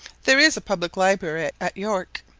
there is a public library at york,